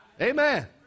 Amen